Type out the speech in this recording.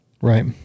Right